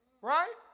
Right